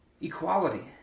equality